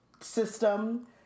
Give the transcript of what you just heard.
system